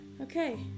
Okay